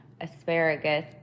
asparagus